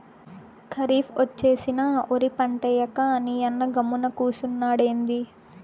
కరీఫ్ ఒచ్చేసినా ఒరి పంటేయ్యక నీయన్న గమ్మున కూసున్నాడెంది